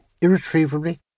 Irretrievably